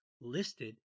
listed